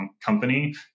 company